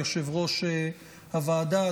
ליושב-ראש הוועדה,